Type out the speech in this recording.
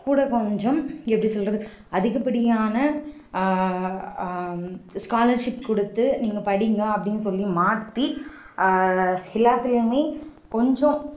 கூட கொஞ்சம் எப்படி சொல்கிறது அதிகப்படியான ஸ்காலர்ஷிப் கொடுத்து நீங்கள் படியுங்க அப்படின்னு சொல்லியும் மாற்றி எல்லாத்திலியுமே கொஞ்சம்